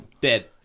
Dead